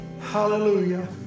Hallelujah